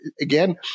again